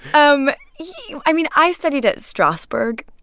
um yeah i mean, i studied at strasberg,